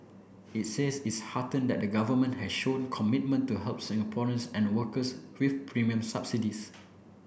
it says it's heartened that the government has shown commitment to help Singaporeans and workers with premium subsidies